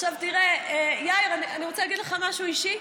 עכשיו תראה, יאיר, אני רוצה להגיד לך משהו אישי.